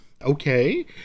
Okay